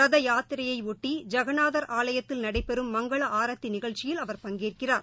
ரதயாத்திரையையொட்டி ஐகநாதர் ஆலயத்தில் நடைபெறம் மங்கள ஆரத்திநிகழ்ச்சியில் அவர் பங்கேற்கிறார்